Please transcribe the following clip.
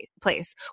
place